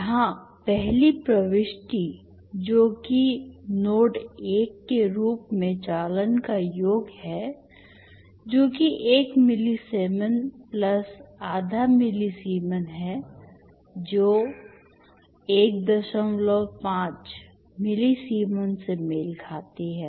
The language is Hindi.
यहां पहली प्रविष्टि जो कि नोड 1 के रूप में चालन का योग है जो कि 1 मिलीसीमेन प्लस आधा मिलीसीमेन है जो 15 मिलीसीमेन से मेल खाती है